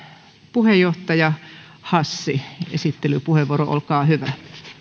puheenjohtaja edustaja hassi esittelypuheenvuoro olkaa hyvä